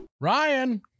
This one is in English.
Ryan